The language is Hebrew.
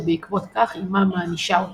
ובעקבות כך אמם מענישה אותה.